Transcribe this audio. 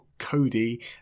Cody